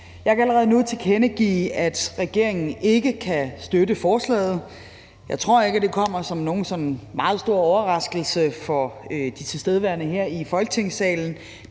Jeg kan allerede nu tilkendegive, at regeringen ikke kan støtte forslaget. Jeg tror ikke, at det kommer som nogen meget stor overraskelse for de tilstedeværende her i Folketingssalen.